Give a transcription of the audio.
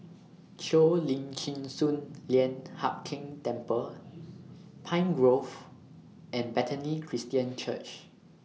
Cheo Lim Chin Sun Lian Hup Keng Temple Pine Grove and Bethany Christian Church